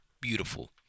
Beautiful